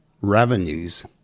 revenues